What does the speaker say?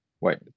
wait